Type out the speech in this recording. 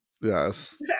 yes